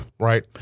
Right